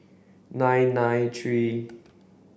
nine nine three